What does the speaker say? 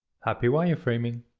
happy wireframing!